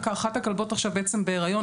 אחת הכלבות עכשיו בעצם בהיריון,